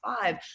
five